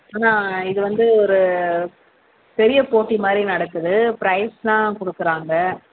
ஆனால் இது வந்து ஒரு பெரிய போட்டிமாதிரி நடக்குது ப்ரைஸெலாம் கொடுக்குறாங்க